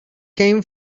came